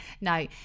No